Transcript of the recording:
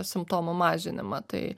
simptomų mažinimą tai